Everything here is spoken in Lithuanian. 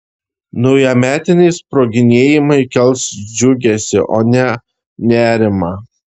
naujametiniai sproginėjimai kels džiugesį o ne nerimą